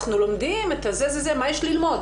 אנחנו לומדים את זה מה יש ללמוד?